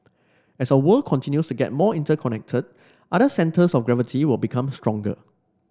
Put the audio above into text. as our world continues to get more interconnected other centres of gravity will become stronger